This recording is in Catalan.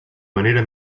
manera